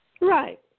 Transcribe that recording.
Right